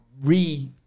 re